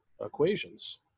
equations